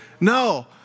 No